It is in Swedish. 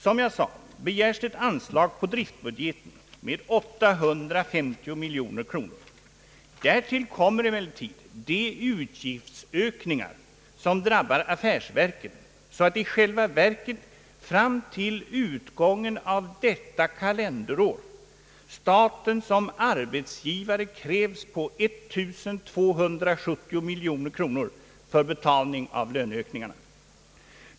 Som jag sade begärs det anslag på driftbudgeten med 850 miljoner kronor. Därtill kommer emellertid de utgiftsökningar som drabbar affärsverken så att staten som arbetsgivare i själva verket fram till utgången av detta kalenderår krävs på 1270 miljoner kronor för betalning av lönestegringarna.